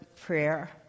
prayer